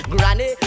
Granny